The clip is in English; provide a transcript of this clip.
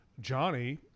Johnny